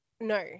No